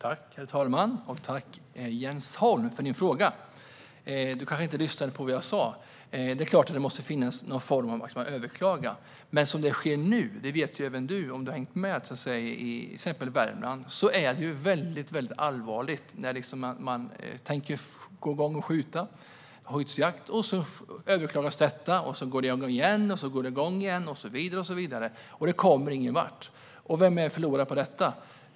Herr talman! Jag tackar Jens Holm för frågan. Jens Holm kanske inte lyssnade på vad jag sa. Det är klart att det måste finnas en möjlighet att överklaga. Men som det är nu, i till exempel Värmland, är läget allvarligt. När man ska dra igång skyddsjakten överklagas den, när man sedan ska dra igång den igen överklagas den igen och så vidare och man kommer ingenvart. Vem förlorar på detta?